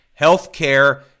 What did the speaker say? Healthcare